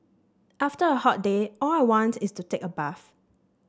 after a hot day all I want is to take a bath